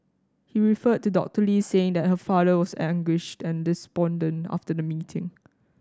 he referred to Doctor Lee saying that her father was anguished and despondent after the meeting